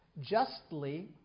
justly